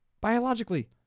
biologically